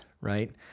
right